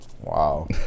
Wow